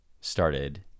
started